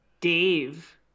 Dave